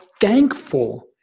thankful